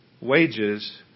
wages